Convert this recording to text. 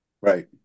Right